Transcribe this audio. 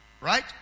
Right